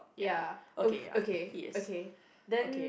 ya okay okay then